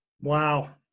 Wow